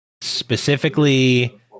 specifically